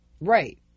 Right